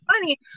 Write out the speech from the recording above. funny